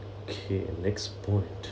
K next point